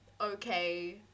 okay